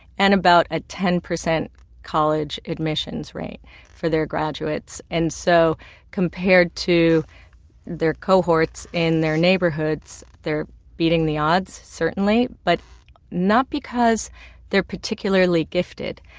and about a ten percent college admissions rate for their graduates. and so compared to their cohorts in their neighborhoods, they're beating the odds, certainly, but not because they're particularly gifted.